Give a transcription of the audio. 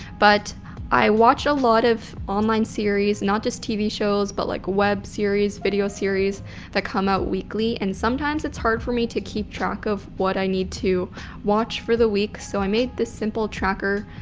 but i watch a lot of online series, not just tv shows, but like web series, video series that come out weekly. and sometimes it's hard for me to keep track of what i need to watch for the week so i made this simple tracker.